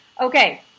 Okay